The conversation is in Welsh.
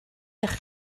eich